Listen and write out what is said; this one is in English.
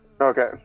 Okay